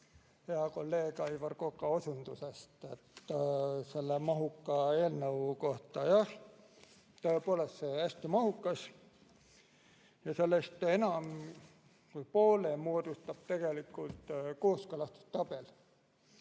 hea kolleegi Aivar Koka osundusest selle mahuka eelnõu kohta. Jah, tõepoolest see on hästi mahukas. Sellest enam kui poole moodustab tegelikult kooskõlastustabel.